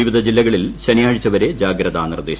വിവിധ ജില്ലകളിൽ ശനിയാഴ്ചവരെ ജാഗ്രതാ നിർദ്ദേശം